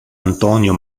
antonio